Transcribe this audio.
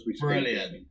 Brilliant